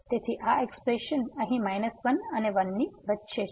તેથી આ એક્સ્પ્રેશન અહીં 1 અને 1 ની વચ્ચે છે